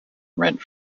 rent